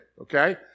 Okay